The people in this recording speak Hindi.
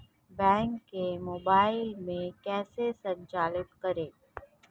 बैंक को मोबाइल में कैसे संचालित करें?